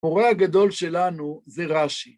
הורה הגדול שלנו זה רש"י.